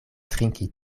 trinki